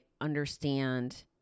understand